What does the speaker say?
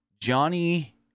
Johnny